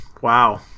wow